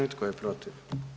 I tko je protiv?